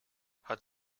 hat